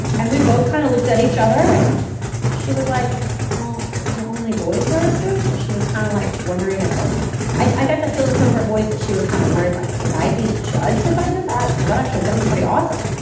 and we both kind of looked at each other and she was like well the only boys wear a suit. she was kind of like wondering if like i got the feeling from her voice that she was kind of worried like would i be judged if i did that because that actually sounds pretty awesome.